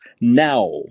now